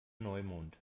neumond